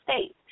states